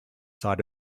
side